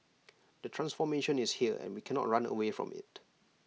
the transformation is here and we cannot run away from IT